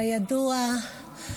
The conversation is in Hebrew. כידוע,